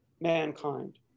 mankind